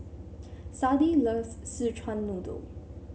Sadie loves Szechuan Noodle